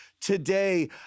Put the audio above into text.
today